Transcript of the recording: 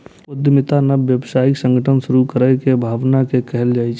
उद्यमिता नव व्यावसायिक संगठन शुरू करै के भावना कें कहल जाइ छै